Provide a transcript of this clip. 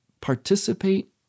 participate